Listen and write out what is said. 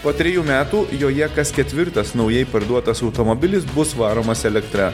po trejų metų joje kas ketvirtas naujai parduotas automobilis bus varomas elektra